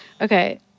okay